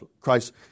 Christ